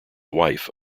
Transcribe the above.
wife